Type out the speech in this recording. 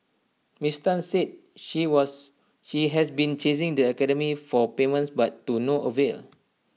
miss Tan said she was she has been chasing the academy for payments but to no avail